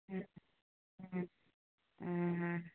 हँ हँ हँ हँ